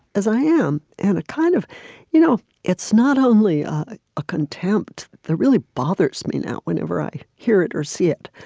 as i am and kind of you know it's not only a contempt that really bothers me now whenever i hear it or see it,